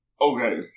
Okay